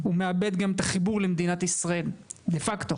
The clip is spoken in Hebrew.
הוא מאבד גם את החיבור למדינת ישראל דה פקטו.